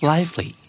Lively